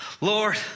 Lord